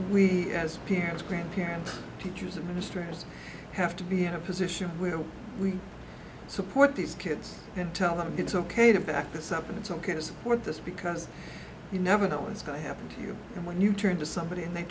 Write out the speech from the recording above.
we as parents grandparents teachers of ministers have to be in a position where we support these kids and tell them it's ok to back this up and it's ok to support this because you never know what's going to happen to you and when you turn to somebody and they